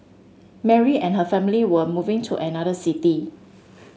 Mary and her family were moving to another city